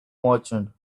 merchant